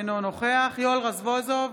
אינו נוכח יואל רזבוזוב,